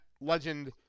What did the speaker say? legend